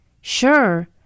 Sure